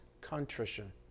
contrition